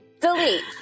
Delete